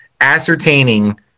ascertaining